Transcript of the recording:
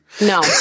No